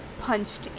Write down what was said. punched